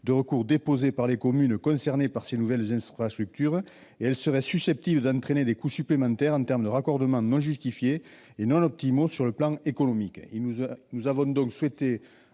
de recours par les communes concernées par ces nouvelles infrastructures et serait susceptible d'entraîner des coûts supplémentaires en termes de raccordements non justifiés et non optimaux sur le plan économique.